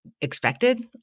expected